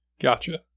Gotcha